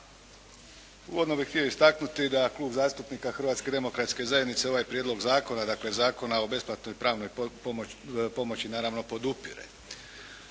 Uvodno bih htio istaknuti da Klub zastupnika Hrvatske demokratske zajednice ovaj prijedlog zakona, dakle Zakona o besplatnoj pravnoj pomoći naravno podupire.